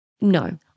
No